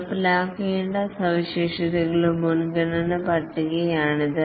നടപ്പിലാക്കേണ്ട സവിശേഷതകളുടെ മുൻഗണനാ പട്ടികയാണിത്